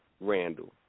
Randall